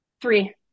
Three